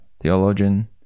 theologian